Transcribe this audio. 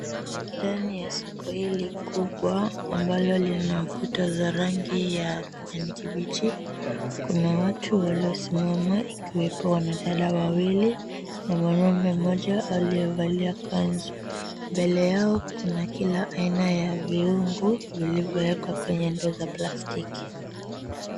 Ndani ya soko hili kubwa, ambalo linawakuta za rangi ya kijani kibichi. Kuna watu waliosimama, ikiwepo wanadada wawili na mwanaume mmoja aliyevalia kanzu. Mbele yao kuna kila aina ya viungo, vilivyowekwa kwenye ndoo za plastiki.